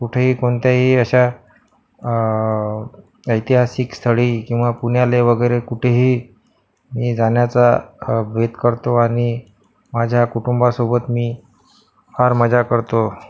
कुठेही कोणत्याही अशा ऐतिहासिक स्थळी किंवा पुण्याला वगैरे कुठेही मी जाण्याचा बेत करतो आणि माझ्या कुटुंबासोबत मी फार मजा करतो